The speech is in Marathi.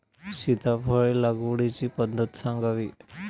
सीताफळ लागवडीची पद्धत सांगावी?